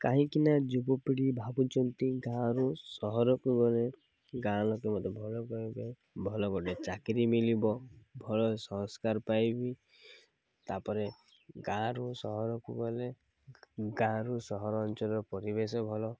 କାହିଁକିନା ଯୁବପିଢ଼ି ଭାବୁଛନ୍ତି ଗାଁରୁ ସହରକୁ ଗଲେ ଗାଁ ଲୋକେ ମୋତେ ଭଲ କହିବେ ଭଲ ଗୋଟେ ଚାକିରି ମଳିବ ଭଲ ସଂସ୍କାର ପାଇବି ତାପରେ ଗାଁରୁ ସହରକୁ ଗଲେ ଗାଁରୁ ସହର ଅଞ୍ଚଳର ପରିବେଶ ଭଲ